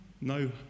no